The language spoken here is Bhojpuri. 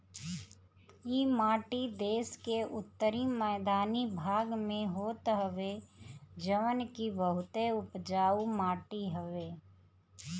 इ माटी देस के उत्तरी मैदानी भाग में होत हवे जवन की बहुते उपजाऊ माटी हवे